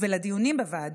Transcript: ולדיונים בוועדות.